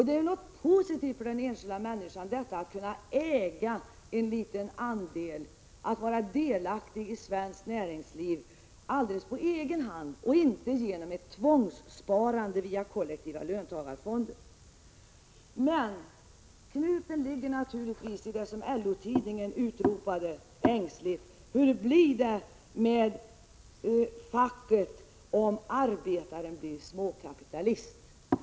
Det är något positivt för den enskilda människan att kunna äga en liten andel, att vara delaktig i svenskt näringsliv alldeles på egen hand och inte genom ett tvångssparande via kollektiva löntagarfonder. Knuten ligger naturligtvis i det som LO-tidningen ängsligt utropade: Hur blir det med facket om arbetaren blir småkapitalist?